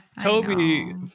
Toby